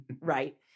Right